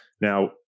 Now